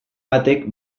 batek